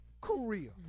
Korea